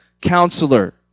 counselor